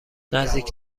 نزدیک